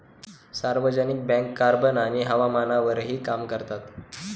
सार्वजनिक bank carbon आणि हवामानावरही काम करतात